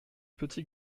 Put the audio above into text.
petit